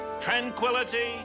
Tranquility